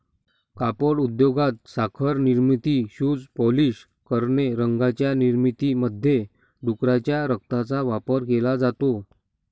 कापड उद्योगात, साखर निर्मिती, शूज पॉलिश करणे, रंगांच्या निर्मितीमध्ये डुकराच्या रक्ताचा वापर केला जातो